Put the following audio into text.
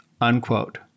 Unquote